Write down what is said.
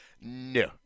no